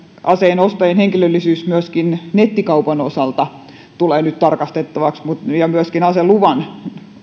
aseen ostajan henkilöllisyys myöskin nettikaupan osalta tulee nyt tarkastettavaksi ja myöskin aseluvan